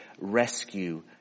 rescue